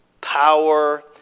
power